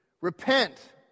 Repent